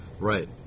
Right